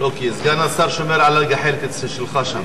לא, כי סגן השר שומר על הגחלת שלך שם.